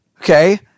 Okay